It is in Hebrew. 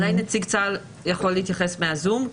אולי נציג צה"ל יכול להתייחס מהזום?